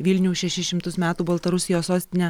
vilniaus šešis šimtus metų baltarusijos sostinę